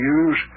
use